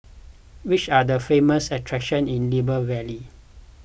which are the famous attractions in Libreville